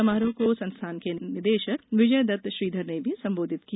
समारोह को संस्थान के निदेशक विजयदत्त श्रीधर ने भी संबोधित किया